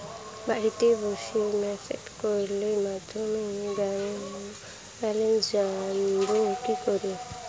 বাড়িতে বসে মিসড্ কলের মাধ্যমে ব্যাংক ব্যালেন্স জানবো কি করে?